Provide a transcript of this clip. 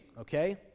okay